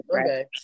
okay